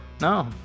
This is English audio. No